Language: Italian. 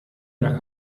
era